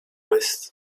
list